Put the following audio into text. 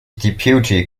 deputy